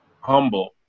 humble